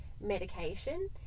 medication